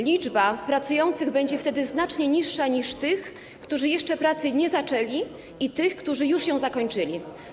Liczba pracujących będzie wtedy znacznie niższa niż tych, którzy jeszcze pracy nie zaczęli, i tych, którzy już ją zakończyli.